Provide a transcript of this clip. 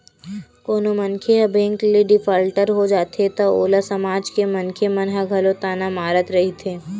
कोनो मनखे ह बेंक ले डिफाल्टर हो जाथे त ओला समाज के मनखे मन ह घलो ताना मारत रहिथे